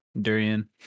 durian